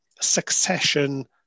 succession